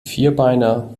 vierbeiner